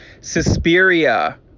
suspiria